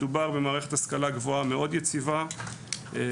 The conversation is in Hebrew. מדובר במערכת השכלה גבוהה יציבה במיוחד